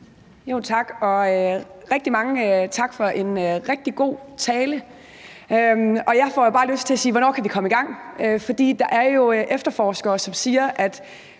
tak for en rigtig god tale. Jeg får jo bare lyst til at sige: Hvornår kan vi komme i gang? For der er jo efterforskere, som siger,